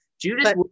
Judas